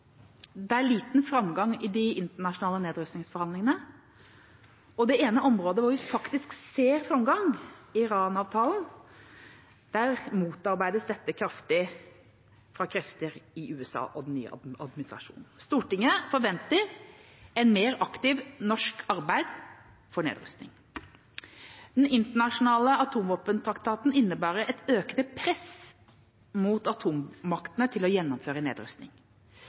Det er liten framgang i de internasjonale nedrustningsforhandlingene, og Iran-avtalen, det ene området hvor vi faktisk ser framgang, motarbeides kraftig av krefter i USA og den nye administrasjonen. Stortinget forventer et mer aktivt norsk arbeid for nedrustning. Den internasjonale atomvåpentraktaten innebærer et økende press mot atommaktene til å gjennomføre nedrustning,